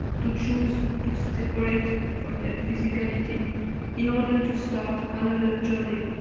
to choose, to separate from their physicality in order to start another journey,